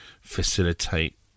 facilitate